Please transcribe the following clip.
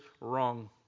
wrong